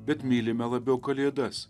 bet mylime labiau kalėdas